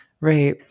right